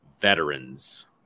veterans